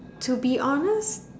to be honest